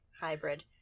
hybrid